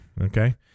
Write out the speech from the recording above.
Okay